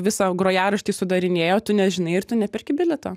visą grojaraštį sudarinėjo tu nežinai ir tu neperki bilieto